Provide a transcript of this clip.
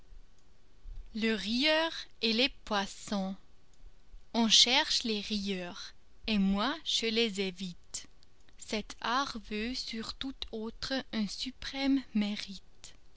le premier à prendre on cherche les rieurs et moi je les évite cet art veut sur tout autre un suprême mérite